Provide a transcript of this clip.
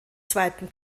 zweiten